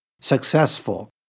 successful